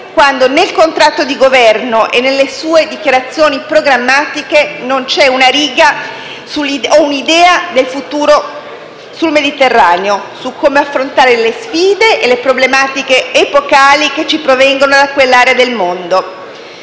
quando nel contratto di Governo e nelle sue dichiarazioni programmatiche non ci sono una riga o un'idea del futuro sul Mediterraneo, su come affrontare le sfide e le problematiche epocali che ci provengono da quell'area del mondo.